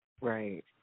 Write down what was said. Right